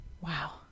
wow